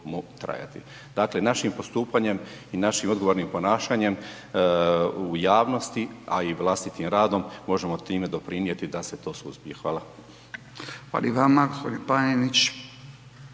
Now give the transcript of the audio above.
trajati. Dakle, našim postupanjem i našim odgovornim ponašanjem u javnosti, a i vlastitim radom možemo time doprinijeti da se to suzbije. Hvala. **Radin, Furio